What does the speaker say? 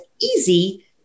easy